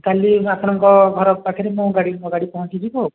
କାଲି ମୁଁ ଆପଣଙ୍କ ଘର ପାଖରେ ମୋ ଗାଡ଼ି ମୋ ଗାଡ଼ି ପହଞ୍ଚିଯିବ ଆଉ